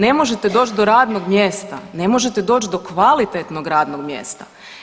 Ne možete doći do radnog mjesta, ne možete doći do kvalitetnog radnog mjesta.